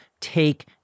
take